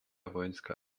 vojenská